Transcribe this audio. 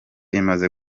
imaze